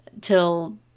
till